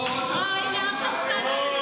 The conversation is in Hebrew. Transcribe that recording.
אוה, אושר שקלים,